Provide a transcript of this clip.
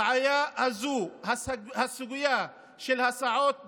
הבעיה הזו, הסוגיה של ההסעות בנגב,